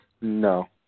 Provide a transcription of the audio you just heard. No